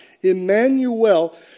Emmanuel